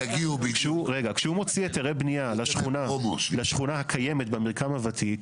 כשהוא מוציא היתרי בנייה לשכונה הקיימת במרקם ותיק,